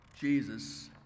Jesus